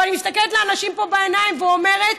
ואני מסתכלת לאנשים פה בעיניים ואומרת: